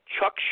Chuck